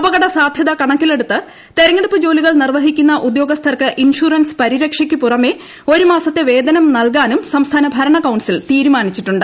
അപകട സാധൂത കണക്കിലെടുത്ത് തെരഞ്ഞെടുപ്പ് ജോലികൾ നിർവ്വഹിക്കുന്ന ഉദ്യോഗസ്ഥർക്ക് ഇൻഷുറൻസ് പരിരക്ഷയ്ക്ക് പുറമെ ഒരു മാസത്തെ വേതനം നൽകാനും സംസ്ഥാന ഭരണ കൌൺസിൽ തീരുമാനിച്ചിട്ടുണ്ട്